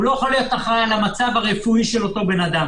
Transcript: הוא לא יכול להיות אחראי על המצב הרפואי של אותו אדם.